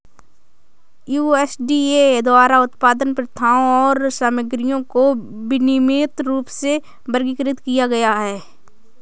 USDA द्वारा उत्पादन प्रथाओं और सामग्रियों को विनियमित रूप में वर्गीकृत किया गया है